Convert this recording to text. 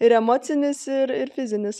ir emocinis ir ir fizinis